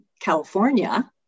California